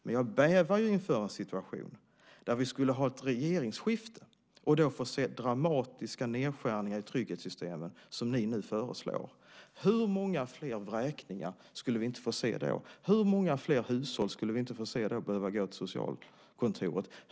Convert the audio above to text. Men jag bävar för en situation där vi skulle ha ett regeringsskifte och vi fick se de dramatiska nedskärningar i trygghetssystemen som ni nu föreslår. Hur många fler vräkningar skulle vi inte få se då? Hur många fler hushåll skulle vi då inte se gå till socialkontoret?